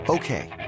Okay